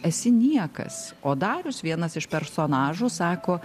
esi niekas o darius vienas iš personažų sako